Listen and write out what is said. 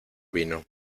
vino